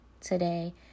today